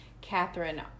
Catherine